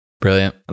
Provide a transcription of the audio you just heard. Brilliant